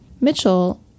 Mitchell